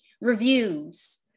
reviews